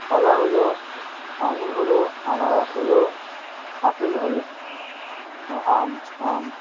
কলা হল আঙুর হল আনারস হল আপেল হল ও আম আম